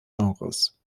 genres